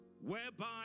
whereby